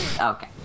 Okay